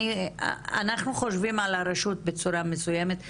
אנחנו חושבים על הרשות בצורה מסוימת.